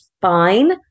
fine